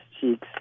cheeks